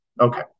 Okay